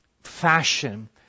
fashion